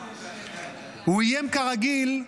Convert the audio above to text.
--- הוא איים כרגיל,